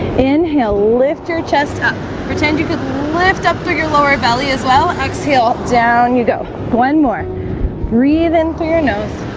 inhale lift your chest, huh pretend you just lift up through your lower belly as well exhale down you go one more breathe in through your nose